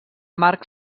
marc